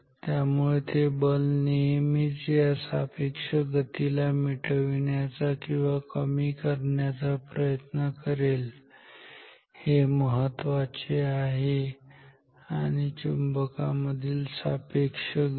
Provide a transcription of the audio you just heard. त्यामुळे ते बल नेहमीच या सापेक्ष गतीला मिटविण्याचा किंवा कमी करण्याचा प्रयत्न करेल हे महत्त्वाचे आहे आणि चुंबका मधील सापेक्ष गती